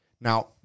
Now